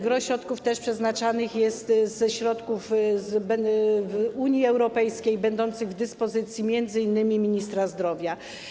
Gros środków jest też przeznaczanych ze środków z Unii Europejskiej, będących w dyspozycji m.in. ministra zdrowia.